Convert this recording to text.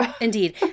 Indeed